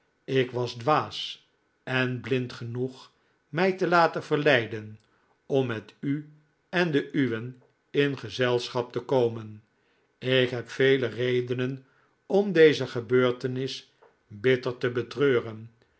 ik was dwaas en blind genoeg mij te men verleiden om met u en de uwen in gezelschap te komen ik heb vele redenen om deze gebeurtenis bitter te betreuren